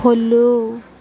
follow